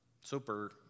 super